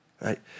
right